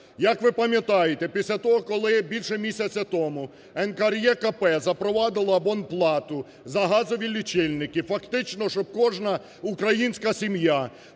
Як ви пам'ятаєте, після того, коли більше місяця тому НКРЕКП запровадила абонплату за газові лічильники, фактично щоб кожна українська сім'я